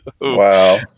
wow